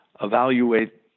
evaluate